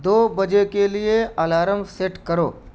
دو بجے کے لیے الارم سیٹ کرو